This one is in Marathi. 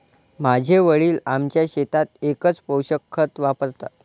माझे वडील आमच्या शेतात एकच पोषक खत वापरतात